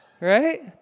Right